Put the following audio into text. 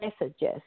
messages